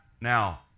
Now